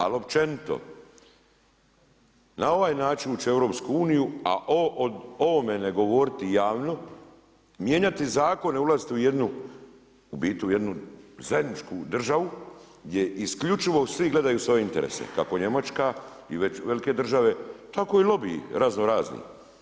Ali općenito, na ovaj način uče EU a o ovome ne govoriti javno, mijenjati zakone, ulaziti u jednu, u biti u jednu zajedničku državu gdje isključivo svi gledaju svoje interese kako Njemačka i velike države tako i lobiji razno razni.